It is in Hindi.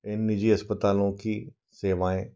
इन निजी अस्पतालों की सेवाएँ